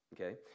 okay